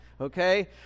okay